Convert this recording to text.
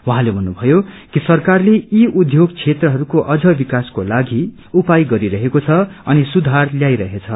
उहाँले भन्नुभयो कि सरकारले यी उद्योग क्षेत्रहरूको अम्न विक्वसको लागि उपाय गरिरहेको छ अनि सुधार ल्याइरहेछ